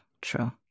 true